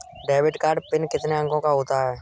Debit card PIN कितने अंकों का होता है?